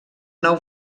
nou